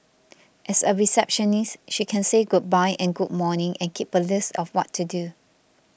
as a receptionist she can say goodbye and good morning and keep a list of what to do